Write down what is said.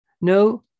No